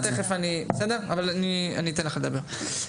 תיכף, אבל אני אתן לך לדבר.